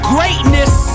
Greatness